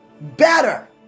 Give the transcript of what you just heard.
Better